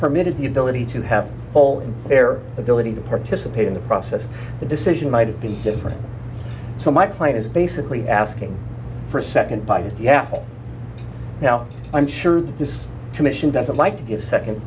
permitted the ability to have all their ability to participate in the process the decision might have been different so my plan is basically asking for a second bite if you have now i'm sure this commission doesn't like to give second